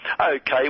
Okay